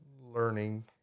learning